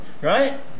Right